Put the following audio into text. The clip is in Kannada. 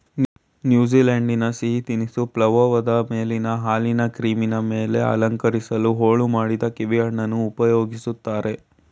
ನ್ಯೂಜಿಲೆಂಡಿನ ಸಿಹಿ ತಿನಿಸು ಪವ್ಲೋವದ ಮೇಲೆ ಹಾಲಿನ ಕ್ರೀಮಿನ ಮೇಲೆ ಅಲಂಕರಿಸಲು ಹೋಳು ಮಾಡಿದ ಕೀವಿಹಣ್ಣನ್ನು ಉಪಯೋಗಿಸ್ತಾರೆ